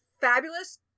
fabulous